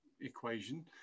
equation